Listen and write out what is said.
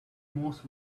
most